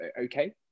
okay